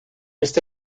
esta